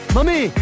Mommy